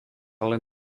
len